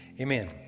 amen